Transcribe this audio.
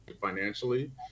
financially